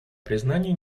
признание